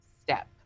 step